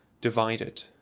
divided